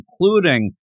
including